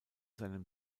seinem